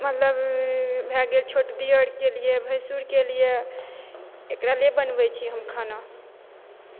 मतलब भए गेल छोट दिअरके लिए भैँसुरके लिए एकरा लिए बनबैत छी हम खाना